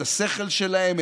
את השכל שלהם,